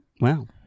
Wow